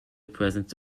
presence